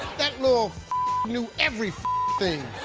that little knew every thing.